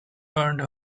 earned